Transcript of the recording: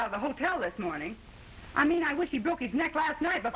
of the hotel this morning i mean i wish he broke his neck last night but